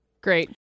Great